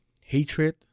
hatred